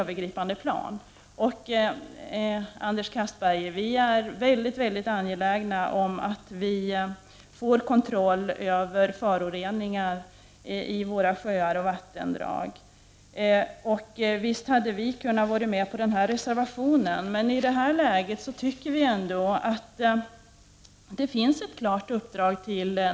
Vi är, Anders Castberger, väldigt angelägna om att vi får kontroll över föroreningar i våra sjöar och vattendrag. Visst hade vi kunnat vara med på reservationen. Men i detta läge anser vi ändå att naturvårdsverket har fått ett klart uppdrag.